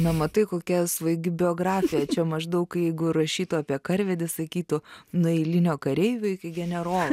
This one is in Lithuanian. na matai kokia svaigi biografija čia maždaug jeigu rašytų apie karvedį sakytų nuo eilinio kareivio iki generolo